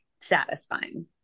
satisfying